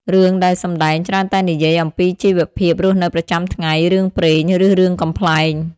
រឿងដែលសម្ដែងច្រើនតែនិយាយអំពីជីវភាពរស់នៅប្រចាំថ្ងៃ រឿងព្រេង ឬរឿងកំប្លែង។